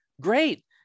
Great